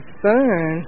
son